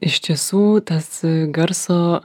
iš tiesų tas garso